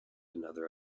another